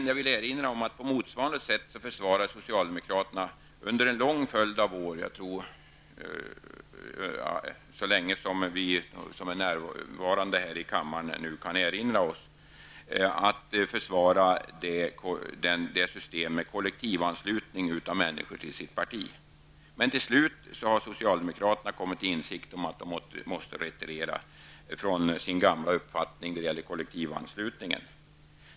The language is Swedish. Jag vill erinra om att socialdemokraterna på motsvarande sätt under en lång följd av år -- jag tror att det har skett så länge som vi som är närvarande i kammaren nu kan erinra oss -- försvarade systemet med att kollektivansluta människor till sitt parti. Till slut har socialdemokraterna kommit till insikt om att de måste retirera från sin gamla uppfattning i fråga om kollektivanslutningen.